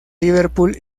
liverpool